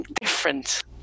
different